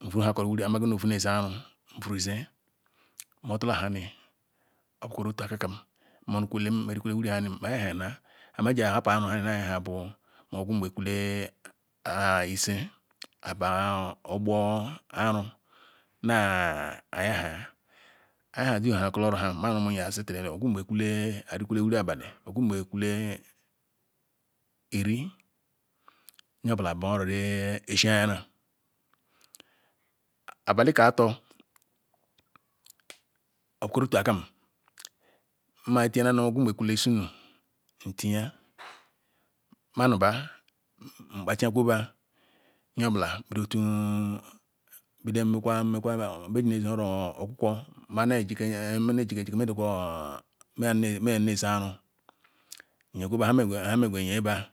huuru heka nwiri yami mo nu ouu nzk ara nzk no dula ham ota akakam mo rukcozle merikwelam wiri yam mayahiara hane ji kpa nayalaya ma otunge kwale ise abarogboraru naya laya maya ha dukolo ma nu rum yezi arikwo wiri abali otunje kwek ire nye obula bar oro zeziayara abali ka ato ma tiya okwule isenu ntiya nkpe tiya kwo ba nyz obula bilo otu omankwa nkwa a bea ganozk oru okwukwu maya nefika nfke mzi mezk aru mykwe betila mr zzgwu oyzba